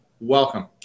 welcome